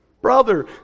brother